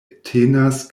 tenas